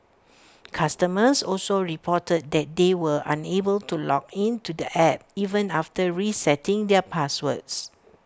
customers also reported that they were were unable to log in to the app even after resetting their passwords